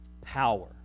power